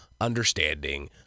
understanding